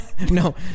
No